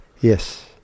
yes